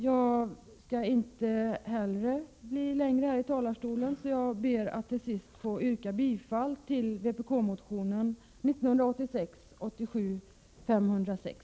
Jag ber till sist att få yrka bifall till vpk:s motion 1986/87:506.